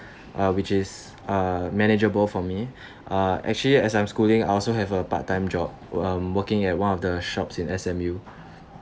uh which is uh manageable for me uh actually as I'm schooling I also have a part time job um working at one of the shops in S_M_U